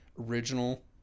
original